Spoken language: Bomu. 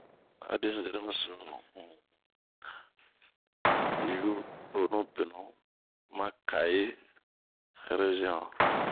A din zeremiso un yu tonu benu ma kayi reziɔn.